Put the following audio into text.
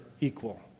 equal